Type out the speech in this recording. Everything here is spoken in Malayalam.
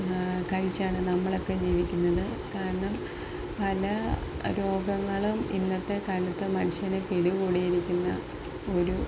കഴിച്ചാണ് നമ്മളൊക്കെ ജീവിക്കുന്നത് കാരണം പല രോഗങ്ങളും ഇന്നത്തെക്കാലത്ത് മനുഷ്യനെ പിടികൂടിയിരിക്കുന്ന ഒരു